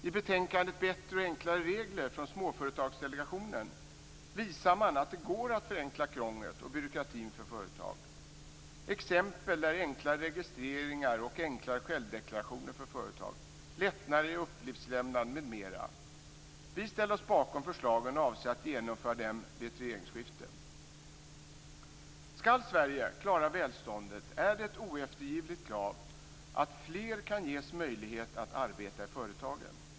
I betänkandet Bättre och enklare regler, från Småföretagardelegationen visar man att det går att förenkla krånglet och byråkratin för företag. Några exempel är enklare registreringar, enklare självdeklarationer för företag, lättnader i uppgiftslämnandet, m.m. Vi ställer oss bakom förslagen och avser att genomföra dem vid ett regeringsskifte. Skall Sverige klara välståndet är det ett oeftergivligt krav att fler kan ges möjlighet att arbeta i företagen.